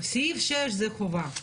סעיף 6 הוא חובה,